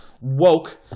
woke